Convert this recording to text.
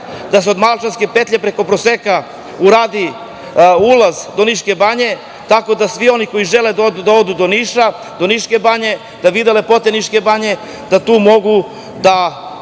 da se od Malčanske petlje preko Proseka uradi ulaz do Niške banje, tako da svi oni koji žele da odu do Niša, do Niške banje, da vide lepote Niške banje da tu mogu da